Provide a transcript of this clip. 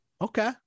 Okay